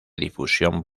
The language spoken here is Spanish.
difusión